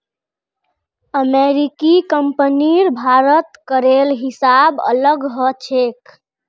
अमेरिकी कंपनीर भारतत करेर हिसाब अलग ह छेक